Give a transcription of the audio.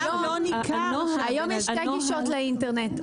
היום יש שתי גישות לאינטרנט,